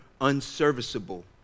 unserviceable